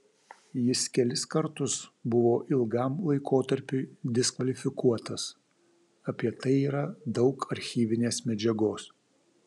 jis kelis kartus buvo ilgam laikotarpiui diskvalifikuotas apie tai yra daug archyvinės medžiagos